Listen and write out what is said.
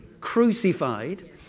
crucified